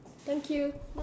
thank you